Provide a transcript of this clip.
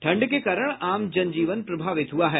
ठंड के कारण आम जनजीवन प्रभावित हुआ है